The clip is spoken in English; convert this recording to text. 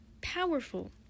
powerful